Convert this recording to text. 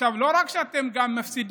עכשיו לא רק שאתם גם מפסידים,